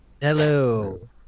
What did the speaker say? hello